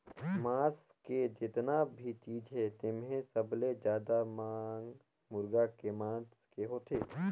मांस के जेतना भी चीज हे तेम्हे सबले जादा मांग मुरगा के मांस के होथे